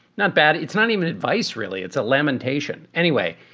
not bad. it's not even advice, really. it's a lamentation anyway.